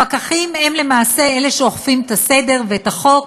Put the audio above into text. הפקחים הם למעשה אלה שאוכפים את הסדר ואת החוק,